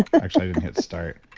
actually, i didn't hit start.